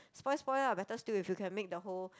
spoil spoil lah better still if you can make the whole